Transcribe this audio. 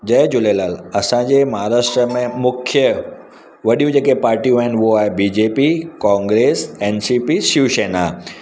जय झूलेलाल असांजे महाराष्ट्र में मुख्य वॾियूं जेके पार्टियूं आहिनि उहे आहे B J P Congress N C P Shiv Sena